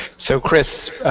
so chris,